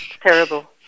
terrible